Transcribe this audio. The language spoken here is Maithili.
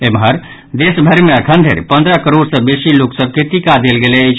एम्हर देशभरि मे अखन धरि पन्द्रह करोड़ सँ बेसी लोक सभ के टीका देल गेल अछि